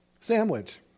sandwich